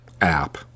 app